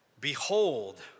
Behold